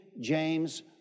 James